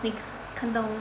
你看到嘛